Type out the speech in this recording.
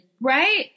right